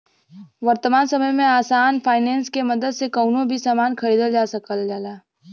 वर्तमान समय में आसान फाइनेंस के मदद से कउनो भी सामान खरीदल जा सकल जाला